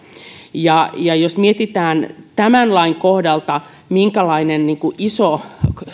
jos mietitään tämän lain kohdalta minkälainen iso